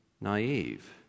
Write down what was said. naive